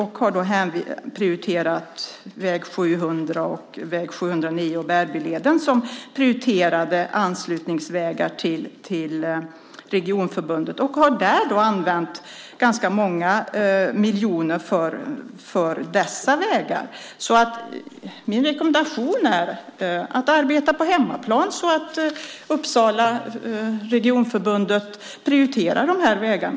De har prioriterat väg 700, väg 709 och Bärbyleden, anslutningsvägar till regionen, och har därför använt ganska många miljoner för just dessa vägar. Min rekommendation är att arbeta på hemmaplan så att Regionförbundet Uppsala län prioriterar den vägen.